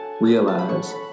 realize